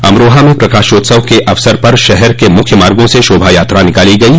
अमरोहा में प्रकाशोत्सव के अवसर पर शहर के मुख्य मार्गो से शोभा यात्रा निकाली गयी